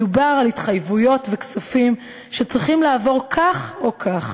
מדובר על התחייבויות וכספים שצריכים לעבור כך או כך,